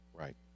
Right